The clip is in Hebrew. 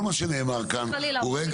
כל מה שנאמר כאן, עידית,